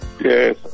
Yes